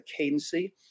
Cadency